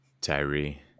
Tyree